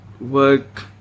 work